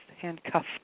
Handcuffed